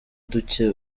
duke